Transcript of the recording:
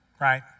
Right